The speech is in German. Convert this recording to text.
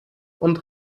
und